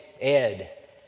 Ed